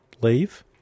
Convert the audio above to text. Leave